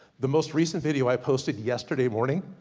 the most recent video i posted yesterday morning,